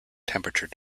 temperature